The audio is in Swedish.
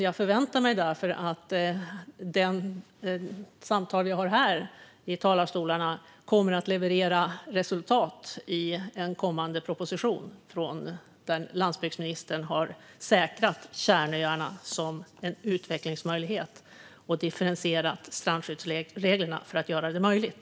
Jag förväntar mig därför att det samtal vi har här i talarstolarna kommer att leda till resultat i en kommande proposition, där landsbygdsministern har säkrat kärnöarna som en utvecklingsmöjlighet - och differentierat strandskyddsreglerna för att göra det möjligt.